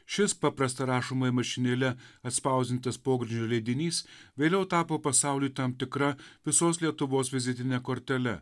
šis paprasta rašomąja mašinėle atspausdintas pogrindžio leidinys vėliau tapo pasauliui tam tikra visos lietuvos vizitine kortele